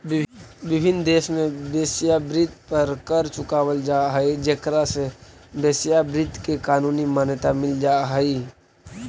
विभिन्न देश में वेश्यावृत्ति पर कर चुकावल जा हई जेकरा से वेश्यावृत्ति के कानूनी मान्यता मिल जा हई